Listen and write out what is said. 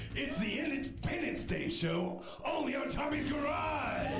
it's the and independence day show only on tommy's garage!